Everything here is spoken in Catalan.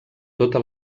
tota